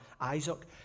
Isaac